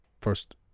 First